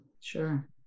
Sure